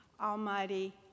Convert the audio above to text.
Almighty